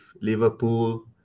Liverpool